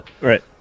Right